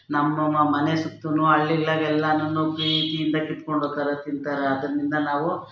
ನಮ್ಮ ಮನೆ ಸುತ್ತು ಹಳ್ಳಿಗ್ಳಲ್ಲಾಗೆಲ್ಲಾನು ಪ್ರೀತಿಯಿಂದ ಕಿತ್ಕೊಂಡು ಹೋಗ್ತಾರೆ ತಿಂತಾರೆ ಅದರ್ನಿಂದ ನಾವು